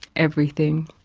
everything.